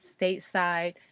stateside